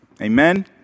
Amen